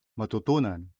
matutunan